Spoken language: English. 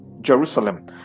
Jerusalem